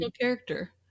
character